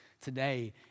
today